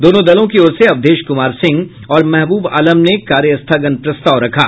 दोनों दलों की ओर से अवधेश कुमार सिंह और महबूब आलम ने कार्य स्थगन प्रस्ताव रखा